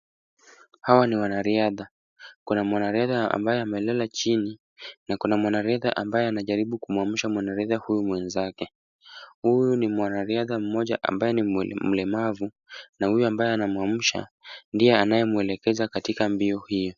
Hawa ni wanariadha. Kuna mwanariadha ambaye amelala chini na kuna mwanariadha ambaye anajaribu kumuamsha mwanariadha huyu mwenzake. Huyu ni mwanariadha mmoja ambaye ni mlemavu na huyo ambaye anamuamsha ndiye anayemuelekeza katika mbio hiyo.